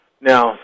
Now